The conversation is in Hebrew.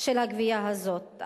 של הגבייה הזאת.